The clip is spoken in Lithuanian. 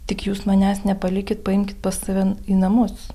tik jūs manęs nepalikit paimkit pas save į namus